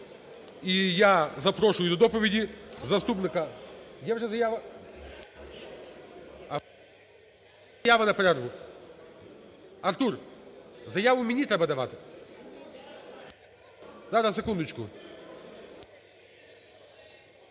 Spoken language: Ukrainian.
І я запрошую до доповіді заступника… Є вже заява? Заява на перерву. Артур, заяву мені треба давати. Зараз, секундочку.